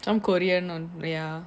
some korean on ya